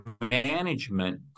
Management